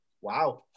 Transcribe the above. Wow